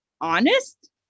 honest